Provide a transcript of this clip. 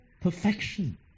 perfection